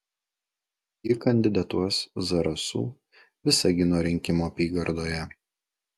ji kandidatuos zarasų visagino rinkimų apygardoje